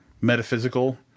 Metaphysical